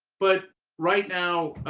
but right now,